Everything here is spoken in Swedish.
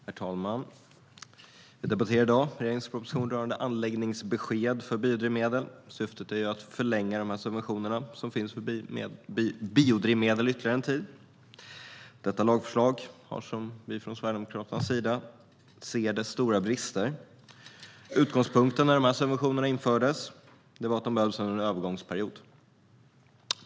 Herr talman! Vi debatterar i dag regeringens proposition rörande anläggningsbesked för biodrivmedel. Syftet är att förlänga de subventioner som finns för biodrivmedel ytterligare en tid. Detta lagförslag har som vi sverigedemokrater ser det stora brister. Utgångspunkten när skattesubventionerna infördes var att de behövdes under en övergångsperiod.